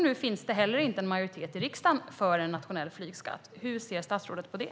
Nu finns det heller inte en majoritet i riksdagen för en nationell flygskatt. Hur ser statsrådet på det?